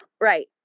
Right